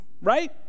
right